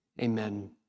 Amen